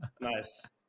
Nice